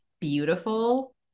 beautiful